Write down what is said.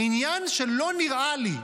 זה עניין של "לא נראה לי".